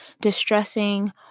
distressing